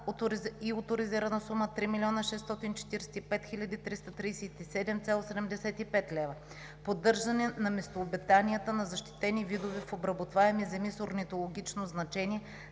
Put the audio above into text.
и оторизираната сума е 3 млн. 645 хил. 337,75 лв.; - поддържане на местообитанията на защитени видове в обработваеми земи с орнитологично значение: